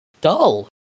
dull